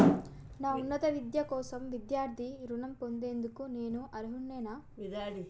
నా ఉన్నత విద్య కోసం విద్యార్థి రుణం పొందేందుకు నేను అర్హుడినేనా?